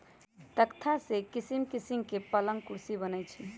तकख्ता से किशिम किशीम के पलंग कुर्सी बनए छइ